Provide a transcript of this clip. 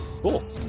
Cool